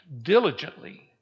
diligently